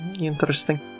Interesting